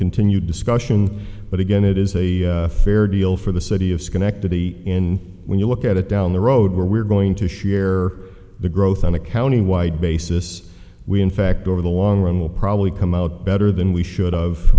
continued discussion but again it is a fair deal for the city of schenectady and when you look at it down the road we're going to share the growth on a county wide basis we in fact over the long run will probably come out better than we should